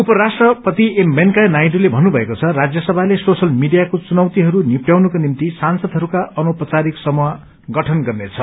उपराष्ट्रपति एम वेकैया नायडूले भन्नुभएको छ राज्यसभाले सोशियल मीडियाको चुनौतिहरू निप्टयाउनको निभ्ति सांसदहरूका अनौपचारिक समूह गठन गर्नेछ